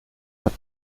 hat